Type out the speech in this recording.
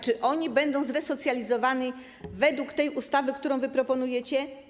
Czy oni będą wtedy zresocjalizowani według tej ustawy, którą wy proponujecie?